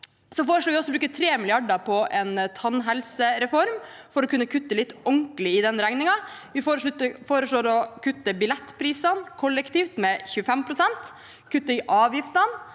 Vi foreslår også å bruke 3 mrd. kr på en tannhelsereform for å kunne kutte litt ordentlig i den regningen. Vi foreslår å kutte billettprisene for kollektivt med 25 pst. og å kutte i avgiftene,